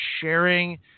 sharing